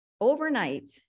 overnight